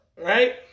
Right